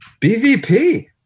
BVP